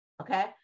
Okay